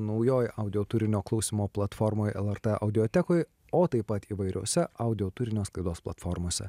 naujoj audio turinio klausymo platformoj lrt audiotekoj o taip pat įvairiose audio turinio sklaidos platformose